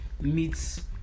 meets